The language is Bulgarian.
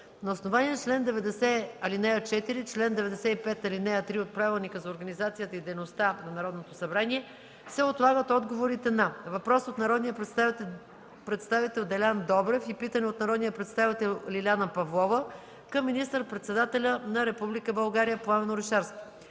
ал. 4 и чл. 95, ал. 3 от Правилника за организацията и дейността на Народното събрание, се отлагат отговорите на: - въпрос от народния представител Делян Добрев и питане от народния представител Лиляна Павлова към министър-председателя на Република